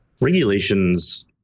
Regulations